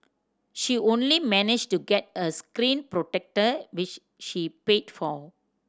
she only managed to get a screen protector which she paid for